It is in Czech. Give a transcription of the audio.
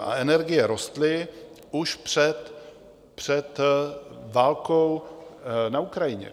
A energie rostly už před válkou na Ukrajině.